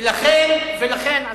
ולכן, יש בג"ץ.